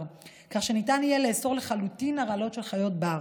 כך שניתן יהיה לאסור לחלוטין הרעלות של חיות בר,